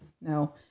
no